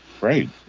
Right